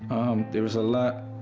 there was a lot